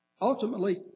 Ultimately